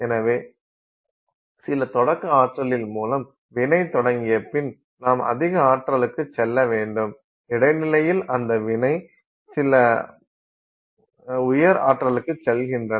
எனவே சில தொடக்க ஆற்றலில் மூலம் வினை தொடங்கிய பின் நாம் அதிக ஆற்றலுக்கு செல்ல வேண்டும் இடைநிலையில் அந்த வினை சில உயர் ஆற்றலுக்குச் செல்கின்றன